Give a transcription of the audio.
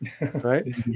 right